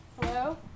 Hello